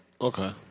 Okay